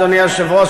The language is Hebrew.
אדוני היושב-ראש,